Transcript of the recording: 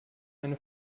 eine